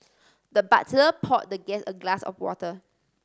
the butler poured the guest a glass of water